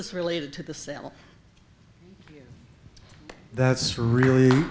this related to the sale that's really